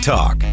Talk